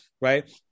right